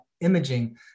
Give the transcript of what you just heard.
imaging